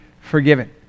forgiven